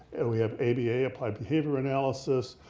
and we have aba, applied behavior analysis,